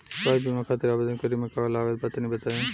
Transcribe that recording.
स्वास्थ्य बीमा खातिर आवेदन करे मे का का लागत बा तनि बताई?